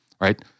right